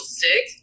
sick